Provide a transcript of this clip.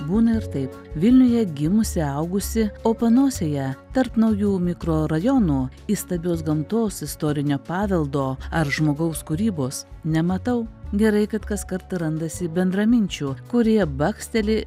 būna ir taip vilniuje gimusi augusi o panosėje tarp naujų mikrorajonų įstabios gamtos istorinio paveldo ar žmogaus kūrybos nematau gerai kad kaskart randasi bendraminčių kurie baksteli